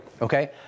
okay